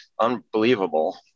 unbelievable